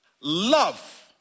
Love